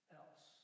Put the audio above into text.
else